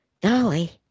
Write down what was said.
Dolly